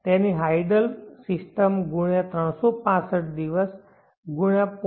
તેની hydel system ગુણ્યાં 365 દિવસ ગુણ્યાં 0